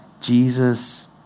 Jesus